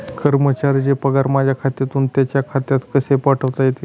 कर्मचाऱ्यांचे पगार माझ्या खात्यातून त्यांच्या खात्यात कसे पाठवता येतील?